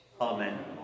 Amen